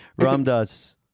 Ramdas